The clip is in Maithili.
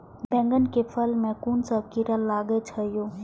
बैंगन के फल में कुन सब कीरा लगै छै यो?